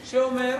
שאומר?